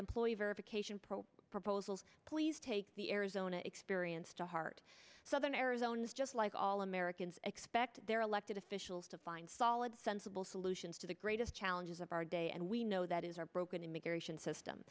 employee verification probe proposals please take the arizona experience to heart southern arizona just like all americans expect their elected officials to find solid sensible solutions to the greatest challenges of our day and we know that is our broken immigration system